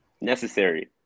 necessary